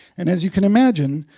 and as you can imagine,